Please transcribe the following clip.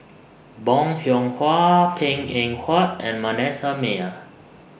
Bong Hiong Hwa Png Eng Huat and Manasseh Meyer